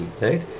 right